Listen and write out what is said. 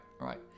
right